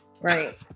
right